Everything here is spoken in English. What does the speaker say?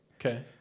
Okay